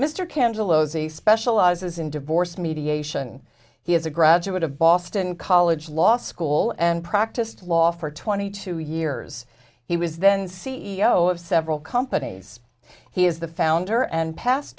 ozy specializes in divorce mediation he is a graduate of boston college law school and practiced law for twenty two years he was then c e o of several companies he is the founder and pas